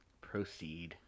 Proceed